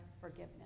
forgiveness